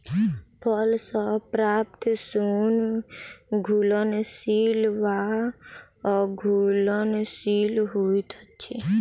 फल सॅ प्राप्त सोन घुलनशील वा अघुलनशील होइत अछि